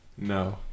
no